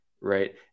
right